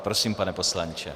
Prosím, pane poslanče.